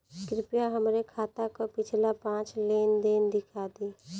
कृपया हमरे खाता क पिछला पांच लेन देन दिखा दी